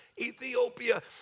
Ethiopia